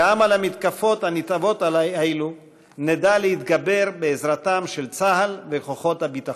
גם על המתקפות הנתעבות האלה נדע להתגבר בעזרתם של צה"ל וכוחות הביטחון.